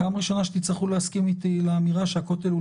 פעם ראשונה שתצטרכו להסכים איתי לאמירה הזאת.